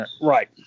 Right